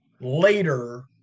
later